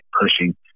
pushing